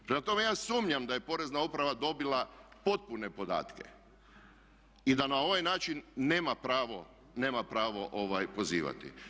Prema tome, ja sumnjam da je porezna uprava dobila potpune podatke i da na ovaj način nema pravo pozivati.